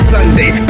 Sunday